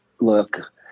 look